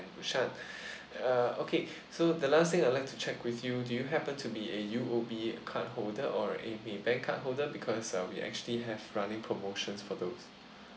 busan uh okay so the last thing I'd like to check with you do you happen to be a U_O_B cardholder or any bank cardholder because uh we actually have running promotions for those